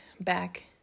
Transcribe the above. back